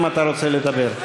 אם אתה רוצה לדבר,